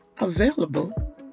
available